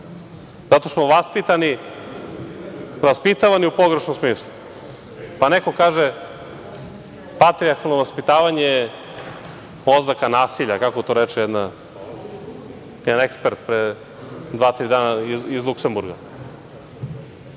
što smo vaspitavani u pogrešnom smislu. Pa, neko kaže patrijarhalno vaspitavanje je oznaka nasilja, kako to reče jedan ekspert pre dva, tri dana iz Luksemburga.